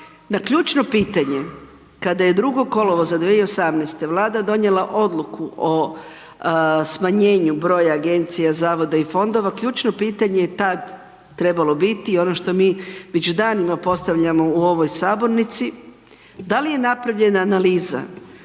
na ključno pitanje kada je 2. kolovoza 2018. Vlada donijela odluku o smanjenju broja agencija, zavoda i fondova ključno pitanje je tad trebalo biti ono što mi već danima postavljamo u ovoj sabornici, da li je napravljena analiza,